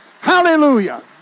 Hallelujah